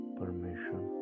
permission